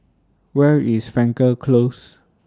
Where IS Frankel Close